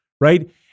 right